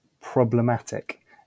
problematic